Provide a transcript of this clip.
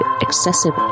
excessive